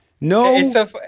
No –